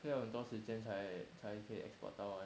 要很多时间才才可以 export 到完